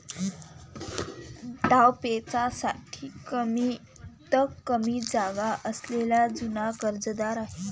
डावपेचांसाठी कमीतकमी जागा असलेला जुना कर्जदार आहे